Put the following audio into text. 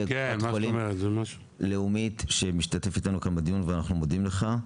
קופת חלים לאומית שמשתתף איתנו כאן בדיון ואנחנו מודים לך ,